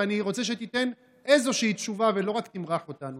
ואני רוצה שתיתן איזושהי תשובה ולא רק תמרח אותנו,